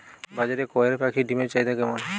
বাজারে কয়ের পাখীর ডিমের চাহিদা কেমন?